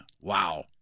wow